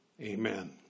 amen